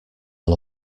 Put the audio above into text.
all